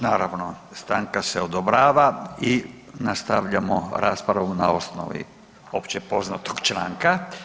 Naravno stanka se odobrava i nastavljamo raspravu na osnovi općepoznatog članka.